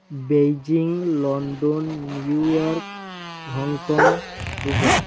Beijing London New York Hong Kong Dubai